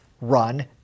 run